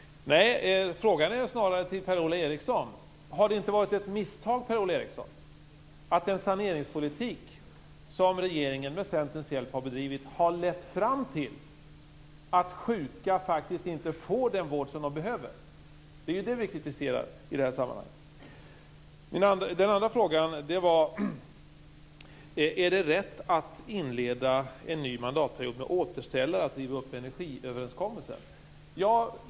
Frågan till Per-Ola Eriksson blir: Har det inte varit ett misstag att den saneringspolitik som regeringen, med Centerns hjälp, har bedrivit har lett fram till att sjuka faktiskt inte får den vård som de behöver? Det är det som vi kritiserar i detta sammanhang. Den andra frågan var: Är det rätt att inleda en ny mandatperiod med återställare och att riva upp energiöverenskommelsen?